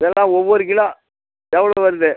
எல்லாம் ஒவ்வொரு கிலோ எவ்வளோ வருது